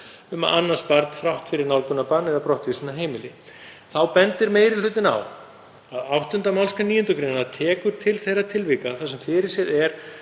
um að annast barn þrátt fyrir nálgunarbann eða brottvísun af heimili. Þá bendir meiri hlutinn á að 8. mgr. 9. gr. tekur til þeirra tilvika þar sem fyrirséð er